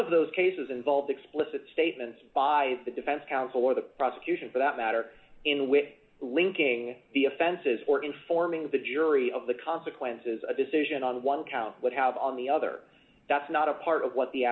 of those cases involve explicit statements by the defense counsel or the prosecution for that matter in which linking the offenses or informing the jury of the consequences a decision on one count would have on the other that's not a part of what the